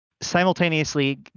simultaneously